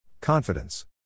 Confidence